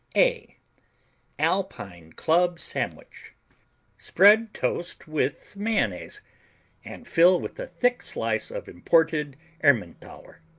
a alpine club sandwich spread toasts with mayonnaise and fill with a thick slice of imported emmentaler,